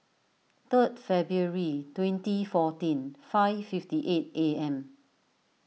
third February twenty fourteen five fifty eight A M